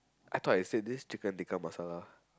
I thought I said this Chicken tikka masala